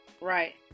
Right